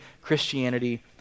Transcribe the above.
Christianity